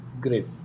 Great